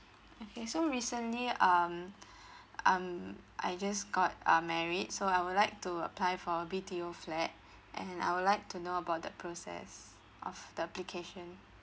okay so recently um um I just got uh married so I would like to apply for a B_T_O flat and I would like to know about the process of the application